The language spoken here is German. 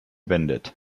bendit